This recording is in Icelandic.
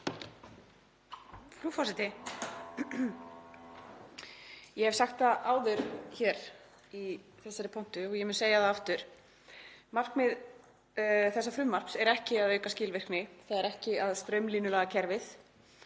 Frú forseti. Ég hef sagt það áður hér í þessari pontu og ég mun segja það aftur: Markmið þessa frumvarps er ekki að auka skilvirkni, ekki að straumlínulaga kerfið,